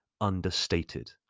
understated